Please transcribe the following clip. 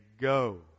go